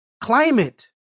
climate